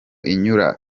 inyura